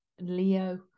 Leo